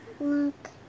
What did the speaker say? Look